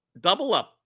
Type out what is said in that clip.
double-up